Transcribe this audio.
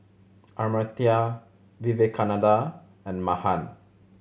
Amartya Vivekananda and Mahan